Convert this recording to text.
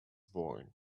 born